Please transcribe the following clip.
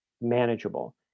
manageable